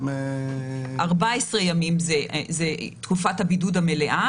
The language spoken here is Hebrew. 14 ימים זו תקופת הבידוד המלאה,